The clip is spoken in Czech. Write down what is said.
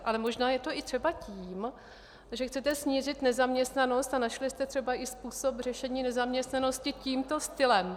Ale možná je to i třeba tím, že chcete snížit nezaměstnanost a našli jste třeba i způsob řešení nezaměstnanosti tímto stylem.